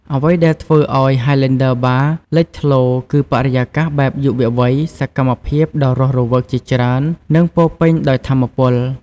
អ្វីដែលធ្វើឱ្យ ហាយឡែនឌឺ បារ (Highlander Bar) លេចធ្លោ គឺបរិយាកាសបែបយុវវ័យ សកម្មភាពដ៏រស់រវើកជាច្រើន និងពោរពេញដោយថាមពល។